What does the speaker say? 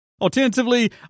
Alternatively